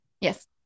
Yes